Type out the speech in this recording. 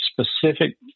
Specific